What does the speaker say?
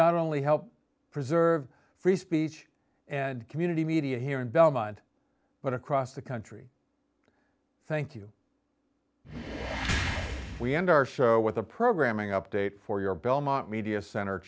not only help preserve free speech and community media here in belmont but across the country thank you we end our show with a programming update for your belmont media center